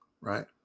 right